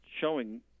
showing